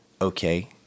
okay